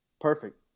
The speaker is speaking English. Perfect